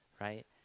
right